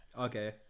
okay